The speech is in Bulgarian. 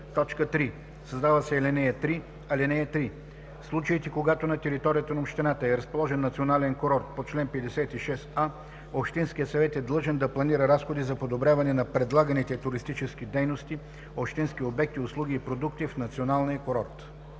3. Създава се ал. 3 „(3) В случаите, когато на територията на общината е разположен национален курорт по чл. 56а, общинският съвет е длъжен да планира разходи за подобряване на предлаганите туристически дейности, общински обекти, услуги и продукти в националния курорт.“